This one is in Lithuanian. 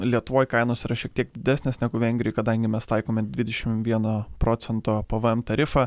lietuvoj kainos yra šiek tiek didesnės negu vengrijoj kadangi mes taikome dvidešim vieno procento pvm tarifą